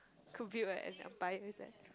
could be when they are buy with it